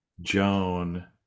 Joan